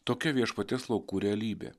tokia viešpaties laukų realybė